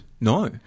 No